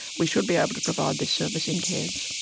we should be able to provide this service in cairns.